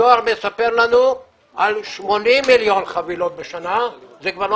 הדואר מספר לנו על 80 מיליון חבילות בשנה וזה כבר לא